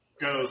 goes